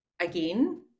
again